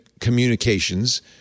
communications